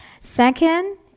Second